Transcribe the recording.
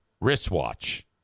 wristwatch